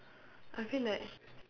I feel like